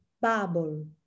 bubble